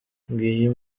ngiyo